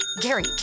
Gary